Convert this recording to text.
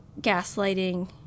gaslighting